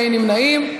אין נמנעים.